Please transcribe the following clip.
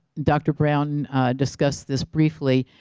dr. brown discussed this briefly,